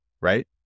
Right